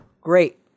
great